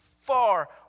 far